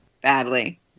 badly